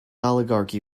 oligarchy